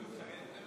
61 בעד, 52 נגד.